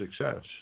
success